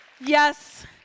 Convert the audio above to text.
Yes